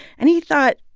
and he thought,